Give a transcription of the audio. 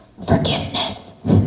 forgiveness